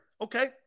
okay